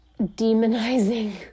demonizing